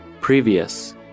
Previous